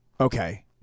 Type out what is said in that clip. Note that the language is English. okay